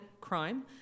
crime